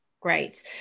great